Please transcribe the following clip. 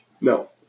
No